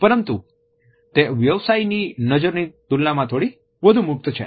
પરંતુ તે વ્યવસાયની નજરની તુલનામાં થોડી વધુ મુક્ત છે